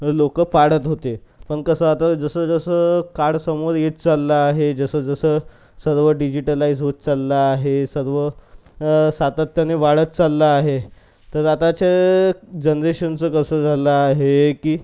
लोकं पाळत होते पण कसं आता जसं जसं काळ समोर येत चालला आहे जसं जसं सर्व डिजिटलाईज होतं चाललं आहे सर्व सातत्याने वाढत चाललं आहे तर आताचे जनरेशनचं कसं झालं आहे की